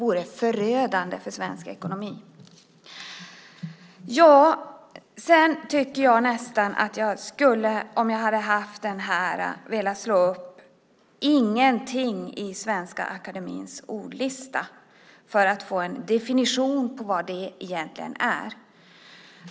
Om jag hade haft Svenska Akademiens ordlista här hade jag velat slå upp "ingenting" för att få en definition på vad det egentligen är.